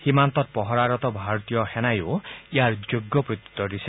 সীমান্তত পহৰাৰত ভাৰতীয় সেনায়ো ইয়াৰ যোগ্য প্ৰত্যুত্তৰ দিছে